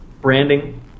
branding